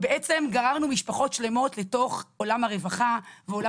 בעצם גררנו משפחות שלמות לתוך עולם הרווחה ועולם